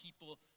people